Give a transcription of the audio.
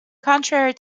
contrary